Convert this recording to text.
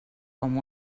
com